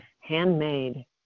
handmade